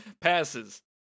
passes